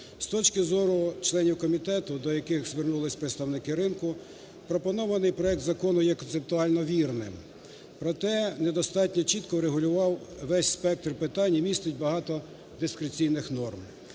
З точки зору членів комітету, до яких звернулись представники ринку, пропонований проект Закону є концептуально вірним, проте недостатньо чітко регулював весь спектр питань і містить багато дискреційних норм.